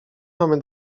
mamy